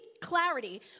clarity